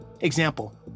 Example